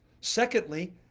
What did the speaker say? Secondly